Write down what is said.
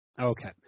Okay